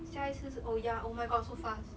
下一次是 oh ya oh my god so fast